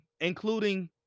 including